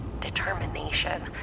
Determination